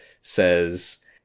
Says